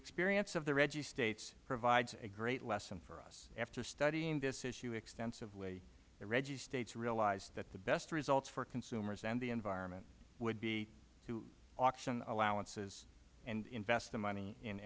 experience of the rggi states provides a great lesson for us after studying this issue extensively the rggi states realized that the best results for consumers and the environment would be to auction allowances and invest the money in